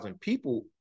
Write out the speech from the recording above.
people